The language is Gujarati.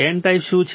N ટાઇપ શું છે